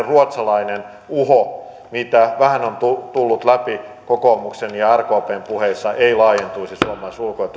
ruotsalainen uho mitä vähän on tullut läpi kokoomuksen ja rkpn puheissa ei laajentuisi suomalaisessa ulko ja